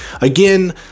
Again